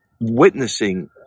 witnessing